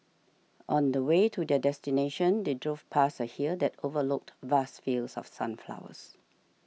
on the way to their destination they drove past a hill that overlooked vast fields of sunflowers